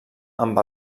amb